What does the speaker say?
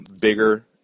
bigger